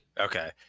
Okay